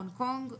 הונג קונג,